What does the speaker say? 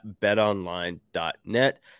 betonline.net